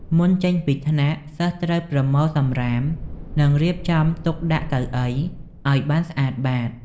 មុនចេញពីថ្នាក់ សិស្សត្រូវប្រមូលសំរាម និង រៀបចំទុកដាក់កៅអីឱ្យបានស្អាតបាត។